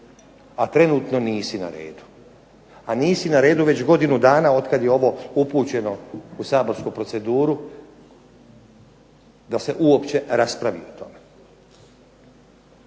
a trenutno nisi na redu, a nisi na redu već godinu dana od kad je ovo upućeno u saborsku proceduru da se uopće raspravi o tome.